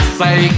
say